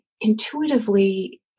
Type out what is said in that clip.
intuitively